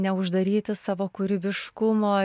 neuždaryti savo kūrybiškumo